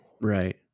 Right